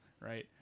right